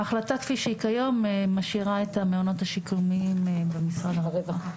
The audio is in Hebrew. ההחלטה כפי שהיא כיום משאירה את המעונות השיקומיים במשרד הרווחה.